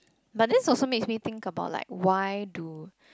but that's also makes me think about like why do